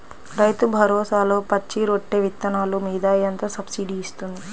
రైతు భరోసాలో పచ్చి రొట్టె విత్తనాలు మీద ఎంత సబ్సిడీ ఇస్తుంది?